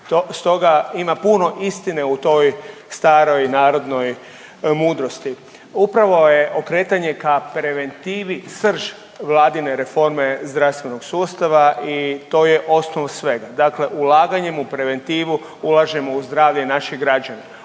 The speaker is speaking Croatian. Stoga ima puno istine u toj staroj narodnoj mudrosti. Upravo je okretanje ka preventivi srž Vladine reforme zdravstvenog sustava i to je osnov svega. Dakle, ulaganjem u preventivu ulažemo u zdravlje naših građana.